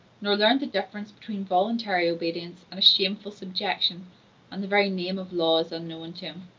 nor learned the difference between voluntary obedience and a shameful subjection and the very name of law is unknown to him.